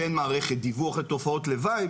שאין מערכת דיווח על תופעות לוואי.